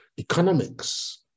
economics